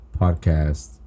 Podcast